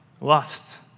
lust